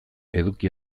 eduki